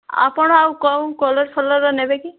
ଆପଣ ଆଉ କେଉଁ କଲର୍ ଫଲର୍ର ନେବେ କି